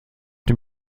dem